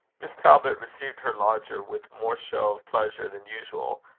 miss talbot received her lodger with more show of pleasure than usual,